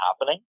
happening